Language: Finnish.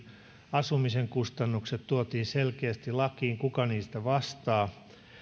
asumisen kustannukset tuotiin selkeästi lakiin kuka niistä vastaa